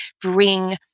bring